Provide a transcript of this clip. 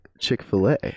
Chick-fil-A